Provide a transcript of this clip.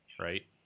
right